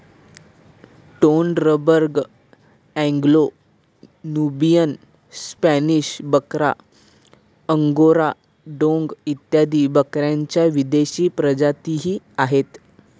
Toggenburg, Anglo Nubian, Spanish बकरा, Angora डोंग इत्यादी बकऱ्यांच्या विदेशी प्रजातीही आहेत